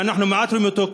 שאנחנו מעט רואים אותו כאן,